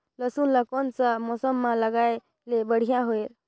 लसुन ला कोन सा मौसम मां लगाय ले बढ़िया हवे?